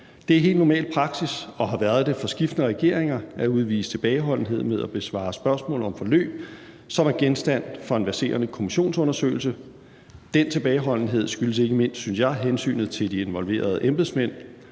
Det er helt normal praksis og har været det for skiftende regeringer at udvise tilbageholdenhed med at besvare spørgsmål om forløb, som er genstand for en verserende kommissionsundersøgelse. Den tilbageholdenhed skyldes ikke mindst, synes jeg, hensynet til de involverede embedsmænd.